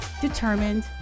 determined